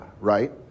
right